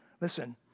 Listen